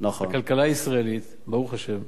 הכלכלה הישראלית, ברוך השם,